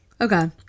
Okay